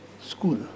school